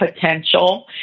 potential